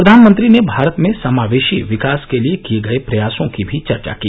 प्रधानमंत्री ने भारत में समावेशी विकास के लिए किए गए प्रयासों की भी चर्चा की